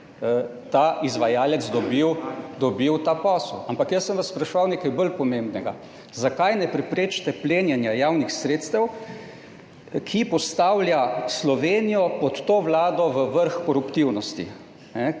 ta izvajalec dobil ta posel. Ampak jaz sem vas spraševal nekaj bolj pomembnega: Zakaj ne preprečite plenjenja javnih sredstev, ki postavlja Slovenijo pod to vlado v vrh koruptivnosti?